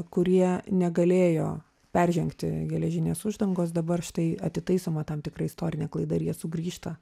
kurie negalėjo peržengti geležinės uždangos dabar štai atitaisoma tam tikra istorinė klaida ir jie sugrįžta